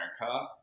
America